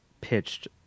pitched